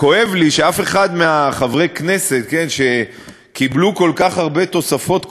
כואב לי שאף אחד מחברי הכנסת שקיבלו כל כך הרבה תוספות קואליציוניות,